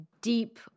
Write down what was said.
deep